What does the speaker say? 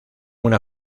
una